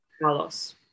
Carlos